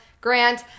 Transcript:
Grant